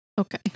Okay